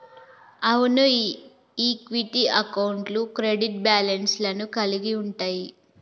అవును ఈక్విటీ అకౌంట్లు credit balance లను కలిగి ఉంటయ్యి